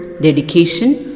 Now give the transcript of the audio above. dedication